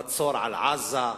המצור על עזה,